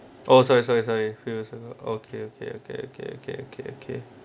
oh sorry sorry sorry feel so okay okay okay okay okay okay okay